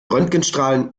röntgenstrahlen